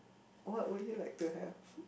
what would you like to have